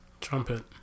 Trumpet